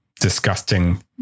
disgusting